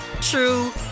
true